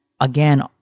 again